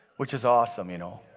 which is awesome, you know.